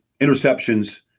interceptions